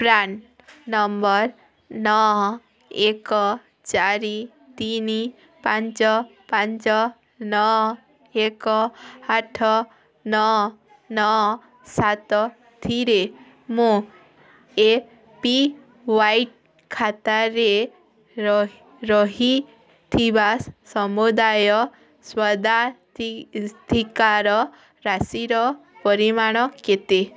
PRAN number ନଅ ଏକ ଚାରି ତିନି ପାଞ୍ଚ ପାଞ୍ଚ ନଅ ଏକ ଆଠ ନଅ ନଅ ସାତ ଥିରେ ମୁଁ ଏ ପି ୱାଇ ଖାତାରେ ର ରହି ରହିଥିବା ସମୁଦାୟ ସ୍ୱଦା ଥି ଥିକାର ରାଶିର ପରିମାଣ କେତେ